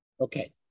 Okay